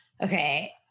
Okay